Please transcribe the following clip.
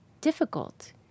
difficult